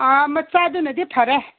ꯑꯥ ꯃꯆꯥꯗꯨꯅꯗꯤ ꯐꯔꯦ